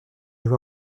joué